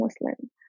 Muslim